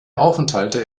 aufenthalte